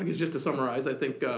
ah just to summarize, i think,